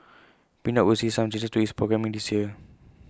pink dot will see some changes to its programming this year